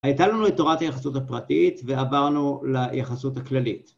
‫הייתה לנו את תורת היחסות הפרטית ‫ועברנו ליחסות הכללית.